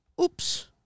Oops